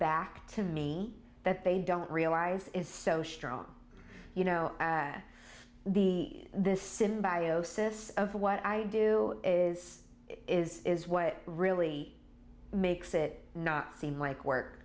back to me that they don't realize is so strong you know the this symbiosis of what i do is is is what really makes it not seem like work